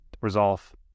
Resolve